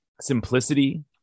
simplicity